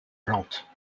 plantes